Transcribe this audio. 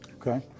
Okay